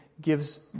gives